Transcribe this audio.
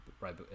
right